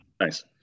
Nice